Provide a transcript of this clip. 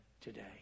today